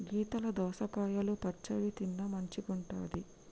గీతల దోసకాయలు పచ్చివి తిన్న మంచిగుంటది